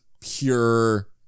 pure